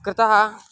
कृतः